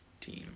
team